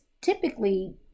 typically